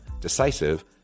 decisive